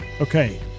Okay